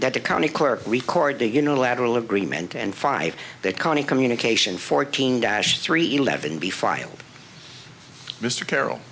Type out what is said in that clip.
that the county clerk record the unilateral agreement and five that county communication fourteen dash three eleven be filed mr carrol